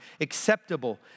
acceptable